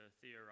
theorize